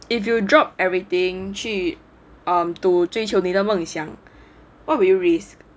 if you drop everything 去 um to 追求你的梦想 what would you risk